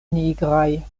nigraj